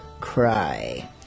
cry